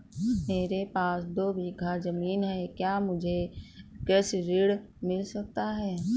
मेरे पास दो बीघा ज़मीन है क्या मुझे कृषि ऋण मिल सकता है?